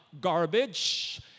garbage